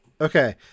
Okay